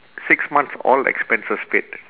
six months all expenses paid